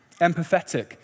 empathetic